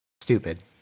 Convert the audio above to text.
stupid